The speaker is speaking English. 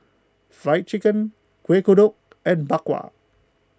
Fried Chicken Kueh Kodok and Bak Kwa